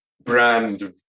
brand